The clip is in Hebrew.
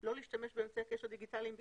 לא להשתמש באמצעי קשר דיגיטליים בכלל,